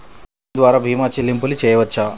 Online ద్వార భీమా చెల్లింపులు చేయవచ్చా?